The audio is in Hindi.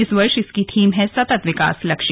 इस वर्ष की थीम है सतत विकास लक्ष्य